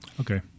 Okay